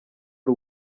ari